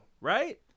right